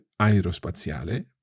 Aerospaziale